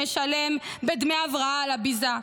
שמשלם בדמי הבראה על הביזה,